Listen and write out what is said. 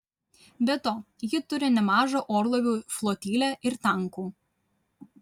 be to ji turi nemažą orlaivių flotilę ir tankų